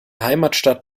heimatstadt